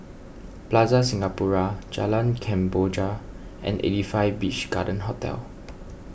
Plaza Singapura Jalan Kemboja and eighty five Beach Garden Hotel